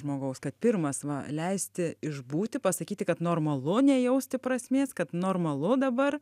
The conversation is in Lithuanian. žmogaus kad pirmas va leisti išbūti pasakyti kad normalu nejausti prasmės kad normalu dabar